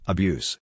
Abuse